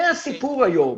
זה הסיפור היום,